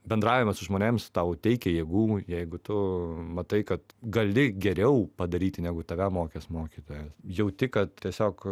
bendravimas su žmonėms tau teikia jėgų jeigu tu matai kad gali geriau padaryti negu tave mokęs mokytojas jauti kad tiesiog